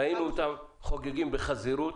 ראינו אותם חוגגים בחזירות,